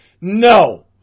no